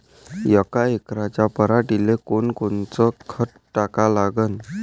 यका एकराच्या पराटीले कोनकोनचं खत टाका लागन?